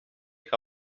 see